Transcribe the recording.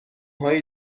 هایی